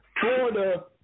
Florida